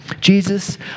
Jesus